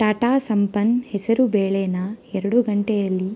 ಟಾಟಾ ಸಂಪನ್ ಹೆಸರುಬೇಳೆನ ಎರಡು ಗಂಟೆಯಲ್ಲಿ